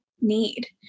need